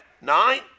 Nine